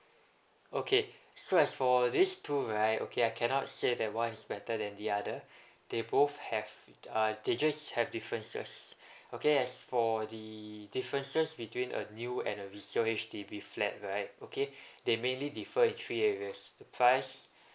okay so as for these two right okay I cannot say that what is better than the other they both have th~ uh they just have differences okay as for the differences between a new and a resale H_D_B flat right okay they mainly differ in three areas the price